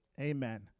Amen